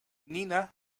nina